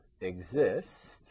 exist